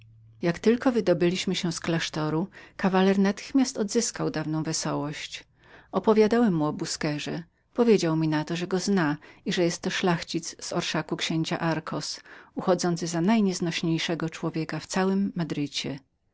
jak tylko wydobyliśmy się z klasztoru kawaler natychmiast odzyskał dawną wesołość mówiłem mu o busquerze powiedział mi na to że znał go że był to szlachcic z orszaku księcia darcos uchodzący za najnieznośniejszego człowieka w całym madrycie